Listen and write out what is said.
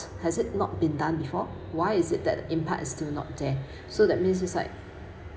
has it not been done before why is it that impact is still not there so that mean it's like